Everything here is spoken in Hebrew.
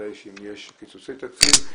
ודאי שאם יש קיצוצי תקציב,